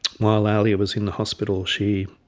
while ahlia was in the hospital she